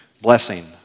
blessing